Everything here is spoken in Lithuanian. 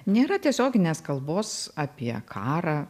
nėra tiesioginės kalbos apie karą